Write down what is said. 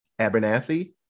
abernathy